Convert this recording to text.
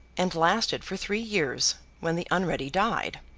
and lasted for three years, when the unready died.